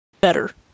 better